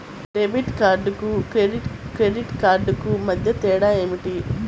Debit కార్డుకు credit credit కార్డుకు మధ్య తేడా ఏమిటీ?